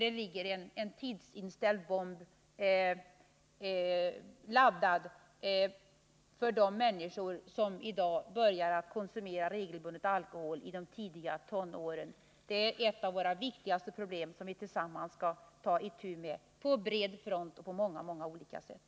Det ligger en tidsinställd bomb och väntar för de människor som i dag i de tidiga tonåren börjar att regelbundet konsumera alkohol. Det är ett av våra viktigaste problem, som vi tillsammans skall ta itu med på bred front och på många olika sätt.